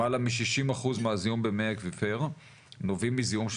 למעלה מ-60% מהזיהום במי האקוויפר נובעים מזיהום של